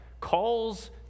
calls